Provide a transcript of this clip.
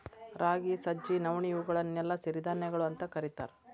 ರಾಗಿ, ಸಜ್ಜಿ, ನವಣಿ, ಇವುಗಳನ್ನೆಲ್ಲ ಸಿರಿಧಾನ್ಯಗಳು ಅಂತ ಕರೇತಾರ